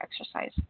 exercise